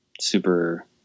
super